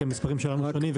כי המספרים שלנו קצת שונים,